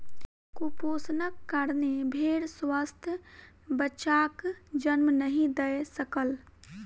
कुपोषणक कारणेँ भेड़ स्वस्थ बच्चाक जन्म नहीं दय सकल